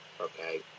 okay